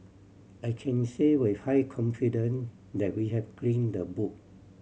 I can say with high confidence that we have clean the book